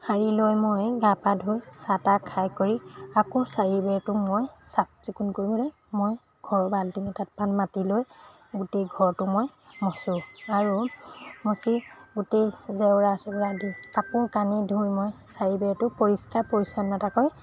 সাৰি লৈ মই গা পা ধুই চাহ তাহ খাই কৰি আকৌ চাৰিবেৰটো মই চাফচিকুণ কৰি মই ঘৰৰ বাল্টিং এটাত মাটি লৈ গোটেই ঘৰটো মই মোচোঁ আৰু মচি গোটেই জেওৰা শিল আদি কাপোৰ কানি ধুই মই চাৰিবেৰটো পৰিষ্কাৰ পৰিচ্ছন্নতাকৈ